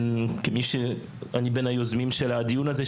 אני כבין היוזמים של הדיון הזה,